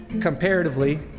comparatively